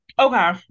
Okay